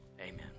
Amen